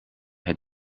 het